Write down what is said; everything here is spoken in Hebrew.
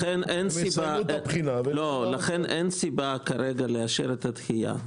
לכן אין סיבה כעת לאשר את הדחייה.